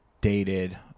dated